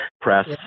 press